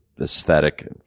aesthetic